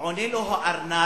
עונה לו הארנב,